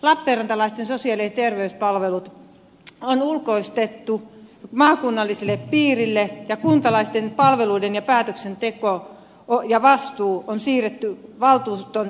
lappeenrantalaisten sosiaali ja terveyspalvelut on ulkoistettu maakunnalliselle piirille ja kuntalaisten palveluita koskeva päätöksenteko ja vastuu on siirretty kunnanvaltuuston ulkopuolelle